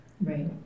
Right